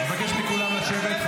אני מבקש מכולם לשבת.